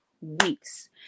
weeks